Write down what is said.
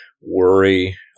worry